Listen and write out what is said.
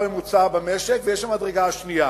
עד השכר הממוצע במשק, ויש המדרגה השנייה.